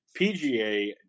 PGA